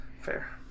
Fair